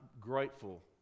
grateful